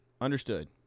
Understood